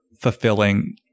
fulfilling